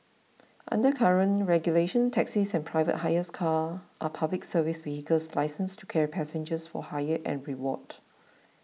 under current regulations taxis and private hire cars are Public Service vehicles licensed to carry passengers for hire and reward